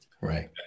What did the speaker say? right